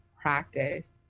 practice